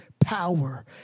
power